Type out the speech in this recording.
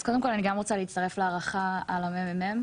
אז קודם כל אני גם רוצה להצטרף להערכה על המ.מ.מ.